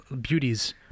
Beauties